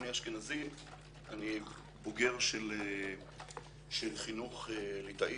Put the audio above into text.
בשביל זה צריכים כתפיים רחבות.